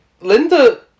Linda